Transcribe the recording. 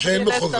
חברי העורך דין נס,